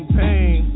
pain